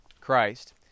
Christ